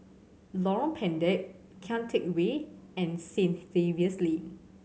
Lorong Pendek Kian Teck Way and Saint Xavier's Lane